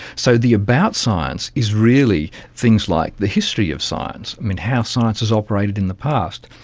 so the about science is really things like the history of science. i mean, how science has operated in the past,